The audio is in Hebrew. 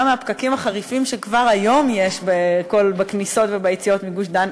מהפקקים החריפים שכבר היום יש בכניסות וביציאות מגוש-דן,